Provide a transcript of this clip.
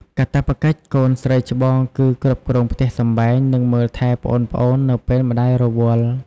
កាតព្វកិច្ចកូនស្រីច្បងគឺគ្រប់គ្រងផ្ទះសម្បែង និងមើលថែប្អូនៗ នៅពេលម្តាយរវល់។